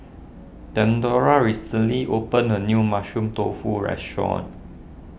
theodora recently opened a new Mushroom Tofu restaurant